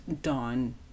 dawn